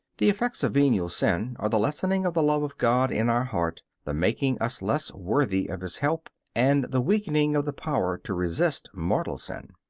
the effects of venial sin are the lessening of the love of god in our heart, the making us less worthy of his help, and the weakening of the power to resist mortal sin.